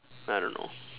I don't know